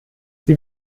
sie